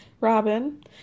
Robin